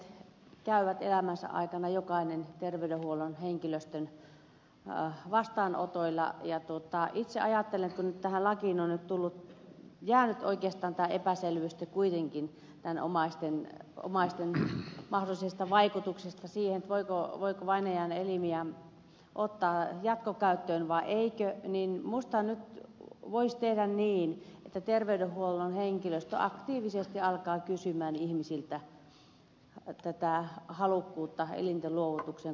suomalaiset ihmiset käyvät elämänsä aikana jokainen terveydenhuollon henkilöstön vastaanotoilla ja itse ajattelen kun tähän lakiin on nyt jäänyt oikeastaan tämä epäselvyys sitten kuitenkin omaisten mahdollisesta vaikutuksesta siihen voiko vainajan elimiä ottaa jatkokäyttöön vai eikö niin minusta nyt voisi tehdä niin että terveydenhuollon henkilöstö aktiivisesti alkaa kysyä ihmisiltä tätä halukkuutta elinten luovutukseen kuoleman jälkeen